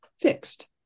fixed